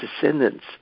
descendants